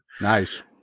Nice